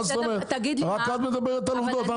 רק את מדברת על עובדות?